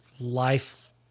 life